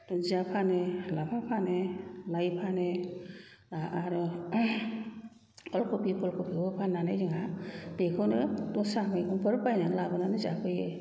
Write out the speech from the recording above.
दुन्दिया फानो लाफा फानो लाइ फानो आरो अल कपि पुल कपिखौबो फाननानै जोंहा बेखौनो दस्रा मैगंफोर बायनानै लाबोनानै जाफैयो